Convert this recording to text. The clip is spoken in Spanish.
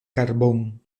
carbón